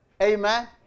Amen